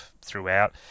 throughout